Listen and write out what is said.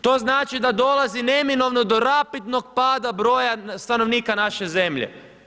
To znači da dolazi neminovno do rapidnog pada broja stanovnika naše zemlje.